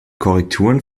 korrekturen